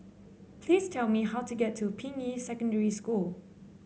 please tell me how to get to Ping Yi Secondary School